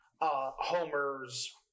Homer's